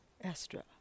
Estra